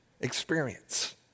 experience